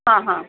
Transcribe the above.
હ હા